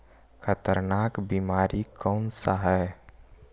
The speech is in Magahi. खतरनाक बीमारी कौन सा है?